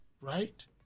right